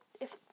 if-